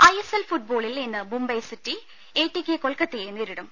I S L ഫുട്ബോളിൽ ഇന്ന് Mumbai city A T K കൊൽക്കത്തയെ നേരിടും